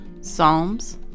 Psalms